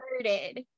started